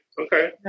Okay